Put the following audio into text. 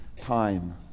time